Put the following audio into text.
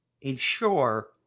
ensure